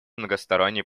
многосторонний